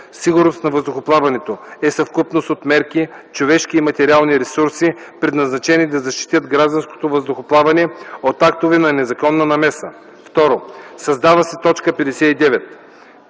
„Сигурност на въздухоплаването” е съвкупност от мерки, човешки и материални ресурси, предназначени да защитят гражданското въздухоплаване от актове на незаконна намеса.” 2. Създава се т. 59: